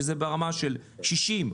שזה ברמה של 60,